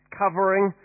covering